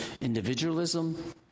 individualism